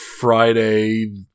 Friday